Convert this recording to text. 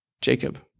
Jacob